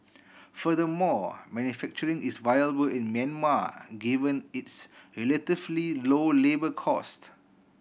furthermore manufacturing is viable in Myanmar given its relatively low labour cost